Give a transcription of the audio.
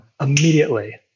immediately